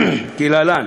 כלהלן: